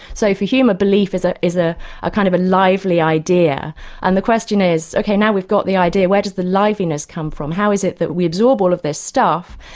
so for hume, a belief is ah a ah kind of lively idea and the question is, ok, now we've got the idea, where does the liveliness come from? how is it that we absorb all of this stuff,